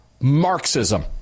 Marxism